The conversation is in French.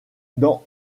dans